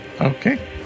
Okay